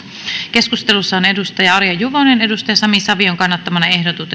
keskustelussa on arja juvonen sami savion kannattamana